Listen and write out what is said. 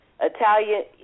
Italian